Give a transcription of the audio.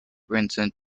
vincent